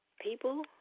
People